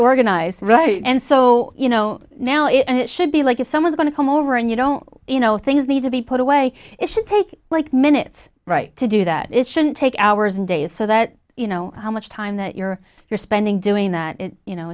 organized right and so you know now it should be like if someone's going to come over and you don't you know things need to be put away it should take like minutes right to do that it shouldn't take hours and days so that you know how much time that you're you're spending doing that you know